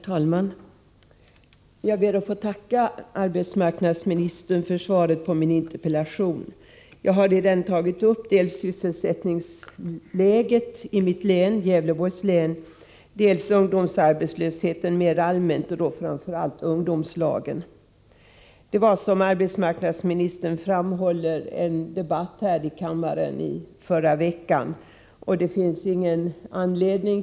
Herr talman! Jag ber att få tacka arbetsmarknadsministern för svaret på min interpellation. Jag har i denna tagit upp dels sysselsättningsläget i mitt län, Gävleborgs län, dels ungdomsarbetslösheten mer allmänt, och då framför allt ungdomslagen. Som arbetsmarknadsministern framhåller hade vi i förra veckan en debatt i kammaren just om sysselsättningsläget i Gävleborgs län.